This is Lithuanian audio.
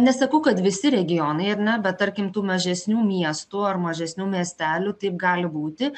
nesakau kad visi regionai ar ne bet tarkim tų mažesnių miestų ar mažesnių miestelių taip gali būti